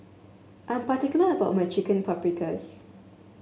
I'm particular about my Chicken Paprikas